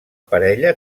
parella